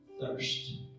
thirst